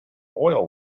oil